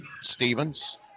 Stevens